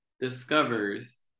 discovers